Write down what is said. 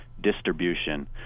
Distribution